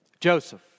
Joseph